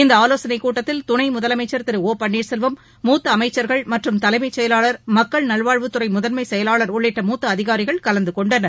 இந்த ஆலோசனைக் கூட்டத்தில் துணை முதலமைச்சள் திரு ஒ பன்னீர்செல்வம் முத்த அமைச்சா்கள் மற்றும் தலைமைச் செயலாளா் மக்கள் நல்வாழ்வுத்துறை முதன்மை செயலாளா் உள்ளிட்ட மூத்த அதிகாரிகள் கலந்து கொண்டனர்